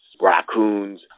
Raccoons